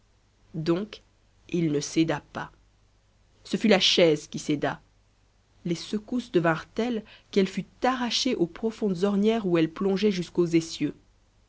donc il ne céda pas ce fut la chaise qui céda les secousses devinrent telles qu'elle fut arrachée aux profondes ornières où elle plongeait jusqu'aux essieux